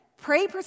Pray